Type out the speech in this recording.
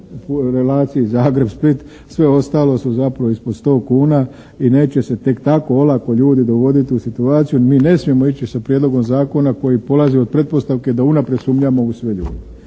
relaciji Zagreb-Split. Sve ostalo su zapravo ispod 100 kuna i neće se tek tako olako ljudi dovoditi u situaciju. Mi ne smijemo ići sa prijedlogom zakona koji polazi od pretpostavke da unaprijed sumnjamo u sve ljude.